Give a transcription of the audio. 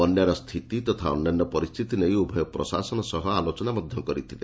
ବନ୍ୟାର ସ୍ଥିତି ତଥା ଅନ୍ୟାନ୍ୟ ପରିସ୍ଥିତି ନେଇ ଉଭୟ ପ୍ରଶାସନ ସହ ଆଲୋଚନା ମଧ କରିଥିଲେ